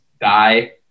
die